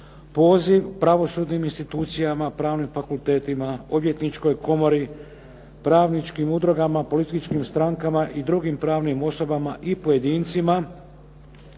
poziv pravosudnim institucijama, pravnim fakultetima, odvjetničkoj komori, pravničkim udrugama, političkim strankama i drugim pravnim osobama i pojedincima